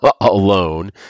alone